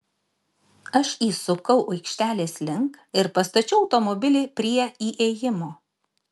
aš įsukau aikštelės link ir pastačiau automobilį prie įėjimo